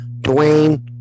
Dwayne